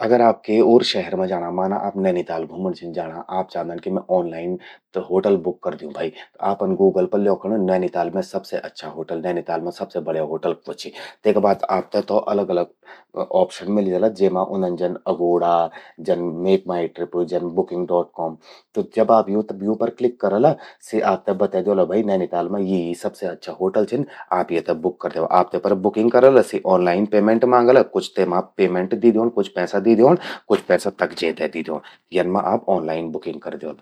अगर आप के ओर शहर मां छिन जाणा, माना आप नैनीताल घूमण छिन जाणा। आप चांदन कि मैं ऑनलाइन होटल बुक कर द्यूं भई। आपन गूगल पर ल्योखण नैनीताल मैं सबसे अच्छा होटल, नैनीताल मां सबसे बढ्या होटल क्वो चि। तेका बाद आपते तो अलग अलग ऑप्शन मिलि जाला, जेमा उंदन जन अगोड़ा, जन मेक माई ट्रिप, जन बुकिंग डॉट कॉम। त जब आप यूं पर क्लिक कराला, सि आपते बतै द्योला कि भई नैनीताल मां यि यि सबसे अच्छा होटल छिन। आप येते बुक कर द्यावा। आप तेपर बुकिंग कराला, सि ऑनलाइन पेमेंट मांगला, कुछ तेमा पेमेंट दी द्योंण, कुछ पैसा दी द्योंण, कुछ पैसा तख जे ते दी द्योंण। यन मां आप ऑनलाइन बुकिंग करि द्योला।